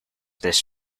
this